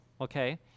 okay